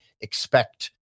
expect